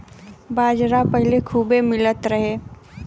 बाजरा पहिले खूबे मिलत रहे